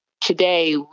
today